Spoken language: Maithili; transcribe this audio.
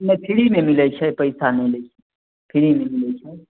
नहि फ्रीमे मिलैत छै पैसा नहि लै छै फ्रीमे मिलैत छै